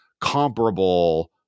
comparable